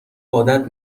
عادت